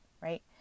right